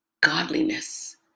godliness